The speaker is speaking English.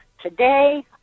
Today